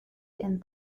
and